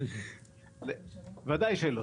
ודאי שלא.